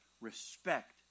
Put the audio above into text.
respect